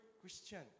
Christian